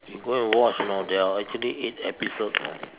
you go and watch you know there are actually eight episodes know